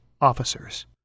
officers